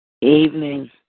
Evening